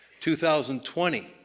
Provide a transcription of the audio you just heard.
2020